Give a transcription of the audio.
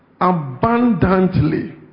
abundantly